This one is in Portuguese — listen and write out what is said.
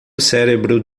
cérebro